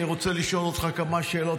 אני רוצה לשאול אותך כמה שאלות,